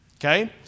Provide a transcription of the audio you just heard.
Okay